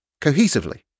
cohesively